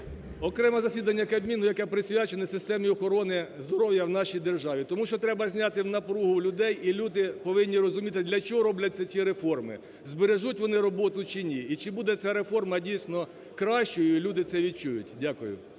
Окреме засідання Кабміну, яке присвячене системі охорони здоров'я в нашій державі, тому що треба зняти напругу у людей і люди повинні розуміти для чого робляться ці реформи, збережуть вони роботу чи ні і чи буде ця реформа дійсно кращою і люди це відчують. Дякую.